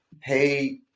pay